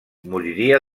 moriria